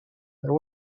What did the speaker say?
there